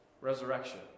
resurrection